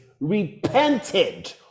Repented